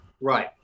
right